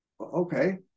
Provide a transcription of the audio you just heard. Okay